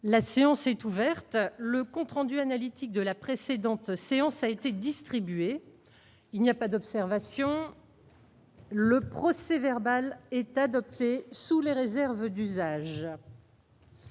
La séance est ouverte.. Le compte rendu analytique de la précédente séance a été distribué. Il n'y a pas d'observation ?... Le procès-verbal est adopté sous les réserves d'usage.